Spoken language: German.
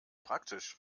praktisch